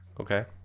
Okay